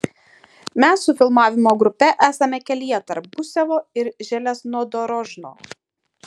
mes su filmavimo grupe esame kelyje tarp gusevo ir železnodorožno